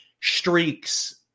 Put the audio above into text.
streaks